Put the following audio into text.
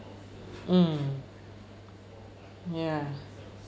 mm ya